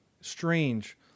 strange